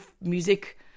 music